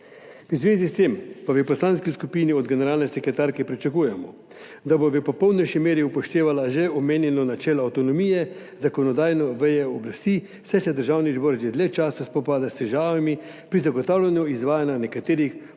V zvezi s tem pa v poslanski skupini od generalne sekretarke pričakujemo, da bo v popolnejši meri upoštevala že omenjeno načelo avtonomije zakonodajne veje oblasti, saj se Državni zbor že dlje časa spopada s težavami pri zagotavljanju izvajanja nekaterih podpornih